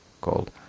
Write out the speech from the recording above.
called